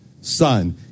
son